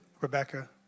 Rebecca